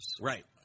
Right